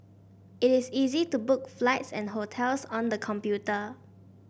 it is easy to book flights and hotels on the computer